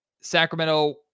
Sacramento